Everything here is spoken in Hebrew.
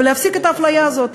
ולהפסיק את האפליה הזאת,